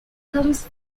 comes